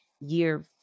year